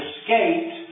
escaped